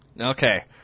Okay